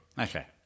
okay